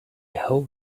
hope